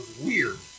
Weird